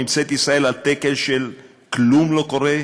נמצאת ישראל על תקן של כלום לא קורה,